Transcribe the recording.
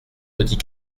petit